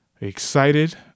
Excited